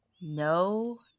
no